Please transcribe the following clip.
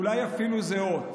אולי אפילו זהות,